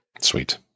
Sweet